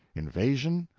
invasion?